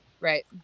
right